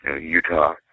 Utah